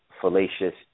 fallacious